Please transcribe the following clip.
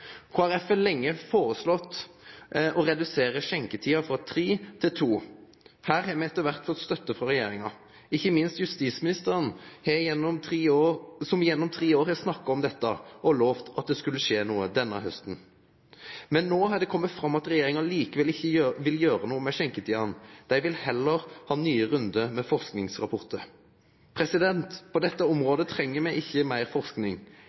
har lenge foreslått å redusere skjenketiden fra kl. 03.00 til kl. 02.00. Her har vi etter hvert fått støtte fra regjeringen. Ikke minst har justisministeren, som gjennom tre år har snakket om dette, lovet at det skulle skje noe denne høsten. Men nå har det kommet fram at regjeringen likevel ikke vil gjøre noe med skjenketidene. De vil heller ha nye runder med forskningsrapporter. På dette området trenger vi ikke mer forskning.